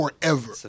forever